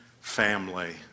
family